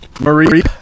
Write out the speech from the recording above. Marie